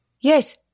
Yes